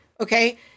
okay